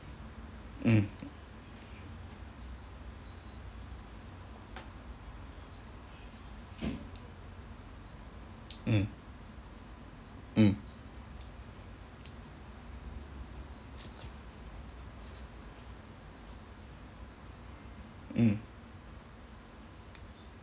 mm mm mm mm